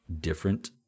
different